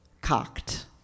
cocked